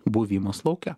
buvimas lauke